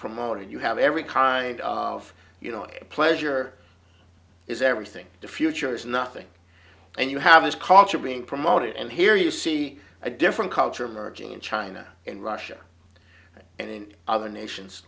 promoted you have every kind of you know pleasure is everything the future is nothing and you have this culture being promoted and here you see a different culture emerging in china in russia and in other nations